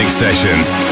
sessions